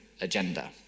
agenda